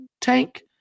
tank